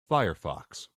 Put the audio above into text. firefox